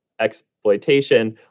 exploitation